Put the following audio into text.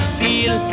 feel